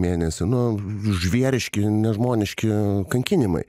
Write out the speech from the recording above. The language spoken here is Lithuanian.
mėnesi nu žvėriški nežmoniški kankinimai